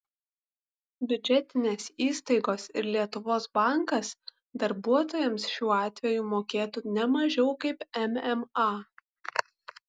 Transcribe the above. biudžetinės įstaigos ir lietuvos bankas darbuotojams šiuo atveju mokėtų ne mažiau kaip mma